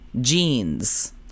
Jeans